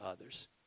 others